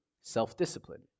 self-discipline